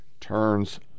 turns